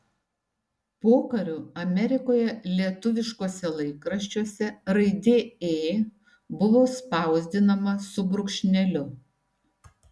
pokariu amerikoje lietuviškuose laikraščiuose raidė ė buvo spausdinama su brūkšneliu